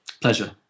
pleasure